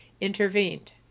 intervened